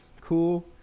Cool